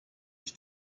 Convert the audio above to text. ich